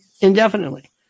indefinitely